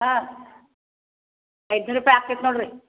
ಹಾಂ ಐದುನೂರು ರೂಪಾಯಿ ಆಗ್ತೈತೆ ನೋಡಿರಿ